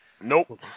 Nope